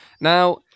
Now